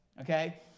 okay